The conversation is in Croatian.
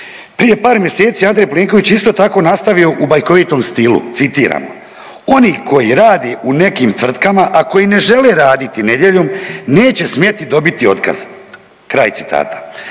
Prije par mjeseci je Andrej Plenković isto tako nastavio u bajkovitom stilu citiram „Oni koji rade u nekim tvrtkama, a koji ne žele raditi nedeljom neće smjeti dobiti otkaz“, pa tako